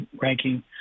ranking